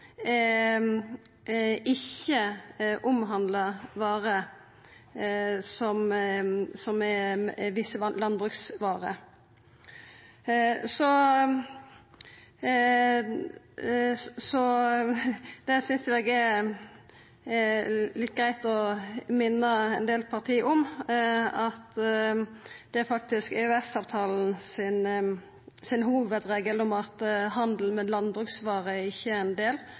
ikkje omhandlar visse landbruksvarer. Eg synest det er litt greitt å minna ein del parti om at det faktisk er EØS-avtalas hovudregel om at handel med landbruksvarer ikkje er ein del